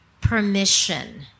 permission